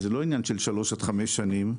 וזה לא עניין של שלוש עד חמש שנים,